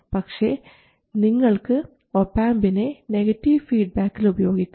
പക്ഷേ നിങ്ങൾക്ക് ഒപാംപിനെ നെഗറ്റീവ് ഫീഡ്ബാക്കിൽ ഉപയോഗിക്കാം